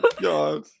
god